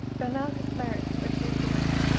bernard has merits which he ignores,